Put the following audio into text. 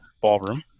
ballroom